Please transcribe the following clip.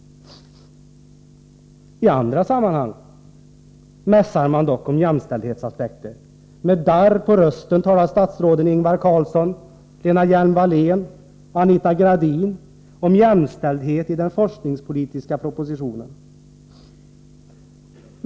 I andra sammanhang mässar man dock om jämställdhetsaspekter. Med darr på rösten talar statsråden Ingvar Carlsson, Lena Hjelm-Wallén och Anita Gradin om jämställdhet i den forskningspolitiska propositionen.